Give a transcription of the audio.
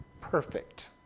perfect